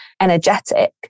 energetic